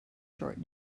short